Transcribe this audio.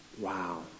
wow